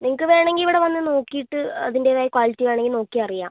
നിങ്ങക്ക് വേണമെങ്കിൽ ഇവിടെ വന്ന് നോക്കീട്ട് അതിൻറ്റേതായ ക്വാളിറ്റി വേണമെങ്കിൽ നോക്കി അറിയാം